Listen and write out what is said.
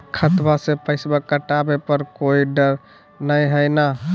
खतबा से पैसबा कटाबे पर कोइ डर नय हय ना?